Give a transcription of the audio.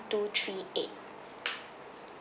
two three eight